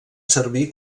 servir